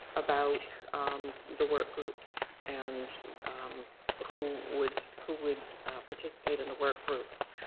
about um the workgroups and who would who would participate in the workgroups.